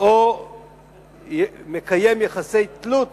או מקיים יחסי תלות